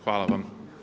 Hvala vam.